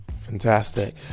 Fantastic